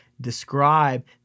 describe